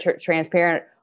transparent